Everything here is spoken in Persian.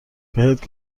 بهت